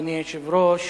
אדוני היושב-ראש.